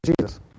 Jesus